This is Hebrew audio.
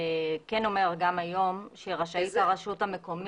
שכן אומר גם היום שרשאית הרשות המקומית,